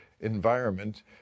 environment